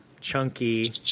chunky